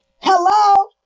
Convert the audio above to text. Hello